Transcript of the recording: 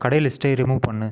கடை லிஸ்ட்டை ரிமூவ் பண்ணு